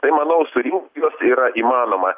tai manau surinkt juos yra įmanoma